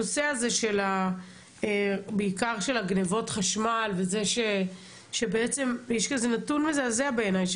הנושא הזה בעיקר של הגניבות חשמל וזה שבעצם יש כזה נתון מזעזע בעיניי,